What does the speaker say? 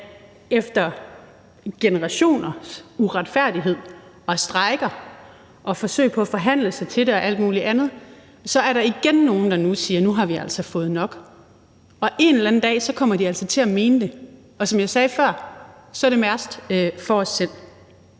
at efter generationers uretfærdighed og strejker og forsøg på at forhandle sig til det og alt muligt andet er der igen nogle, der nu siger, at nu har vi altså fået nok. En eller anden dag kommer de altså til at mene det, og som jeg sagde før, bliver det værst for os selv.